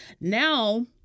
Now